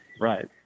Right